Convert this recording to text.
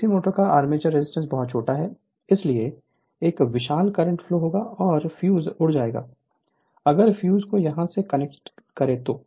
DC motors का armature resistance बहुत छोटा है इसलिए एक विशाल करंट फ्लो होगा और फ्यूज उड़ जाएगा अगर फ्यूज को यहां से कनेक्ट करें तो